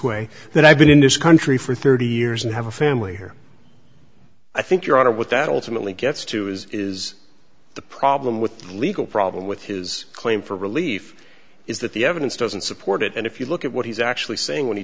way that i've been in this country for thirty years and have a family here i think your honor with that ultimately gets to as is the problem with the legal problem with his claim for relief is that the evidence doesn't support it and if you look at what he's actually saying when he